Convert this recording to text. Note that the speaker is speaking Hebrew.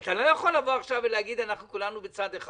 אתה לא יכול עכשיו לבוא ולהגיד שכולנו בצד אחד.